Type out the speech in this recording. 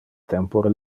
tempore